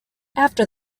after